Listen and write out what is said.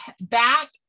back